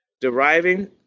deriving